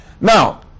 Now